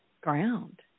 ground